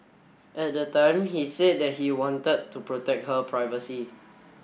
at the time he said that he wanted to protect her privacy